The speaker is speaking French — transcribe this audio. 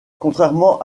contrairement